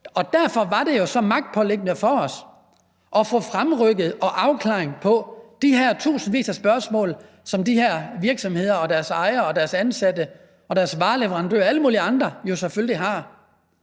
og derfor er det jo så magtpåliggende for os at få fremrykket og få en afklaring på de her tusindvis af spørgsmål, som de her virksomheder og deres ejere og deres ansatte og deres vareleverandører og alle mulige andre jo selvfølgelig har.